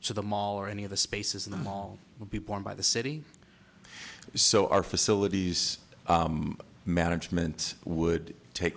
so the mall or any of the spaces in the mall would be borne by the city so our facilities management would take